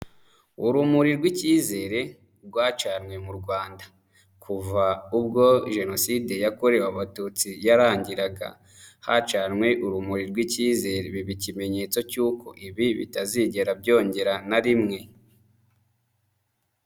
Urumuri rw'icyizere rwacanywe mu Rwanda kuva ubwo jenoside yakorewe abatutsi yarangiraga, hacanwe urumuri rw'icyizere biba ikimenyetso cy'uko ibi bitazigera byongera na rimwe.